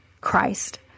Christ